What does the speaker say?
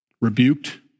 rebuked